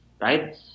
right